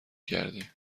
کردیم